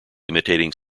imitating